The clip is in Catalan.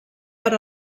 per